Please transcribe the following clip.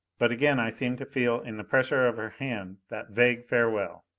but again i seemed to feel in the pressure of her hand that vague farewell.